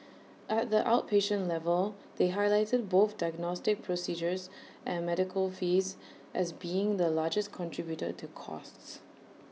at the outpatient level they highlighted both diagnostic procedures and medical fees as being the largest contributor to costs